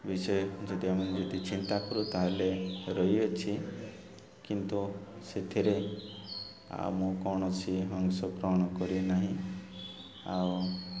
ବିଷୟ ଯଦି ଆମେ ଯଦି ଚିନ୍ତା କରୁ ତାହେଲେ ରହିଅଛି କିନ୍ତୁ ସେଥିରେ ଆଉ ମୁଁ କୌଣସି ଅଂଶ ଗ୍ରହଣ କରିନାହିଁ ଆଉ